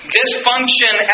dysfunction